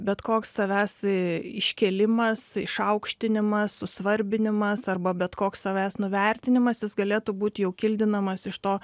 bet koks savęs ė iškėlimas išaukštinimas susvarbinimas arba bet koks savęs nuvertinimas galėtų būt jau kildinamas iš to